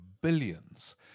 billions